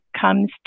comes